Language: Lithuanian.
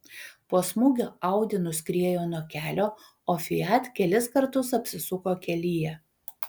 po smūgio audi nuskriejo nuo kelio o fiat kelis kartus apsisuko kelyje